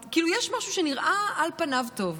כאילו, יש משהו שנראה על פניו טוב,